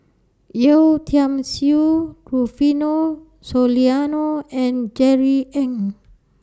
Yeo Tiam Siew Rufino Soliano and Jerry Ng